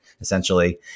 essentially